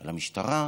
על המשטרה,